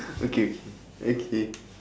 okay okay